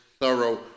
thorough